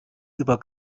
über